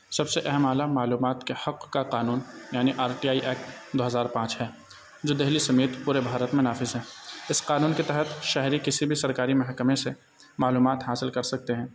سب سے اہم اعلیٰ معلومات کے حق کا قانون یعنی آر ٹی آئی ایکٹ دو ہزار پانچ ہے جو دہلی سمیت پورے بھارت میں نافذ ہیں اس قانون کے تحت شہری کسی بھی سرکاری محکمے سے معلومات حاصل کر سکتے ہیں